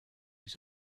was